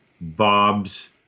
Bob's